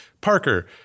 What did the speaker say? Parker